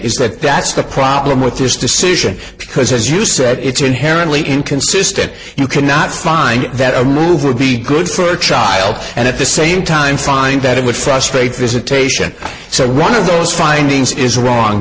that that's the problem with this decision because as you said it's inherently inconsistent you cannot find that a move would be good for a child and at the same time find that it would frustrate visitation so one of those findings is wrong